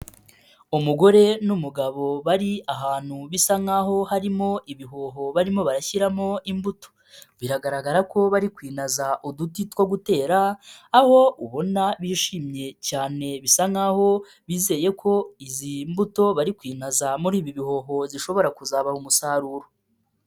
Umugore n'umugabo bari ahantu bisa nk'aho harimo ibihoho barimo barashyiramo imbuto, biragaragara ko bari kwinaza uduti two gutera, aho ubona ko bishimye cyane bisa nkaho bizeye ko izi mbuto bari kwinaza muri ibi bihoho zishobora kuzatanga umusaruro.